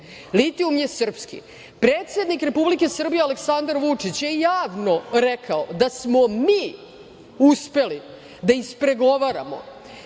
Litijum je srpski. Predsednik Republike Srbije, Aleksandar Vučić, je javno rekao da smo mi uspeli da ispregovaramo